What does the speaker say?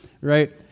Right